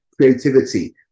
creativity